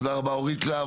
אורית להב.